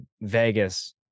Vegas